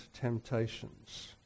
temptations